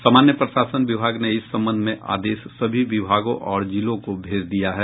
सामान्य प्रशासन विभाग ने इस संबंध में आदेश सभी विभागों और जिलों को भेज दिया है